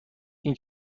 این